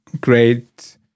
great